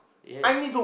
yes